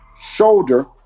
shoulder